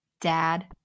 Dad